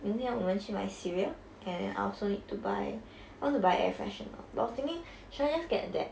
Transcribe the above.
明天我们去买 cereal and then I also need to buy I want to buy air freshener but I was thinking should I just get that